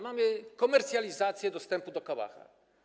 Mamy komercjalizację dostępu do kałacha.